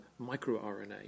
microRNA